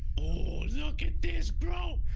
oh? look at this bro.